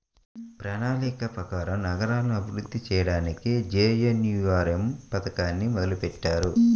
ప్రణాళిక ప్రకారం నగరాలను అభివృద్ధి చెయ్యడానికి జేఎన్ఎన్యూఆర్ఎమ్ పథకాన్ని మొదలుబెట్టారు